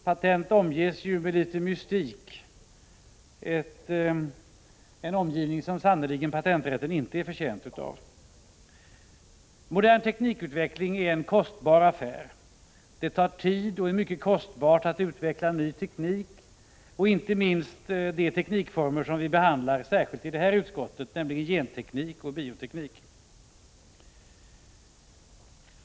Patent omges ju med viss mystik, något som patenträtten verkligen inte är förtjänt av. Modern teknikutveckling är en kostsam affär. Det tar tid och är mycket kostsamt att utveckla ny teknik, och det gäller inte minst de teknikformer som behandlas i detta utskottsbetänkande, nämligen genteknik och bioteknik.